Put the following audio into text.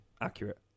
accurate